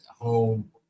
home